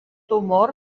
humor